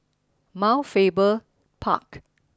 Mount Faber Park